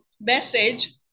message